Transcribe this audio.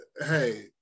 hey